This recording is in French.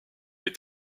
est